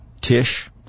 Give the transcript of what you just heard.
Tish